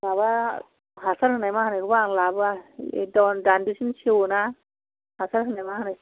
माबा हासार होनाय मा होनायखौब्ला आं लाबोआ एखदम दान्दिसेनो सेवोना हासार होनाय मा होनाय